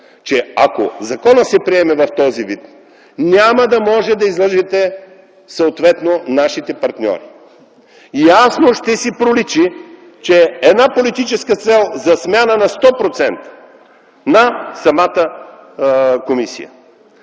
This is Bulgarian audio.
че, ако законът се приеме в този вид, няма да може да излъжете съответно нашите партньори. Ясно ще си проличи, че една политическа цел за смяна на 100% на самата комисия,